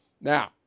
Now